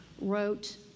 wrote